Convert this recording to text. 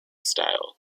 style